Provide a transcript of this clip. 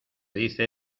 dice